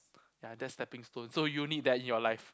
ya that's stepping stone so you need that in your life